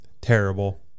Terrible